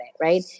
right